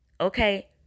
Okay